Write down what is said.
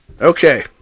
Okay